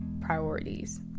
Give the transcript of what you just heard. priorities